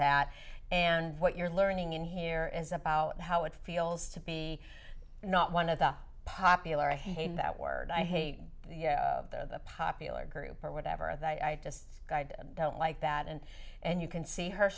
that and what you're learning in here is about how it feels to be not one of the popular i hate that word i hate the popular group or whatever and i just don't like that and and you can see her